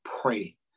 pray